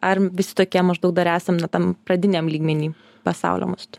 ar visi tokie maždaug dar esam na tam pradiniam lygmeny pasaulio mastu